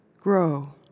grow